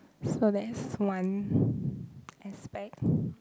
so there's one aspect